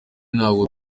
ntabwo